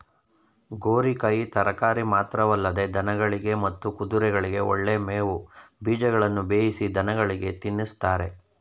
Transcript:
ಗೋರಿಕಾಯಿ ತರಕಾರಿ ಮಾತ್ರವಲ್ಲದೆ ದನಗಳಿಗೆ ಮತ್ತು ಕುದುರೆಗಳಿಗೆ ಒಳ್ಳೆ ಮೇವು ಬೀಜಗಳನ್ನು ಬೇಯಿಸಿ ದನಗಳಿಗೆ ತಿನ್ನಿಸ್ತಾರೆ